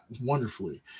wonderfully